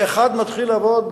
ואחד מתחיל לעבוד,